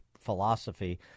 philosophy –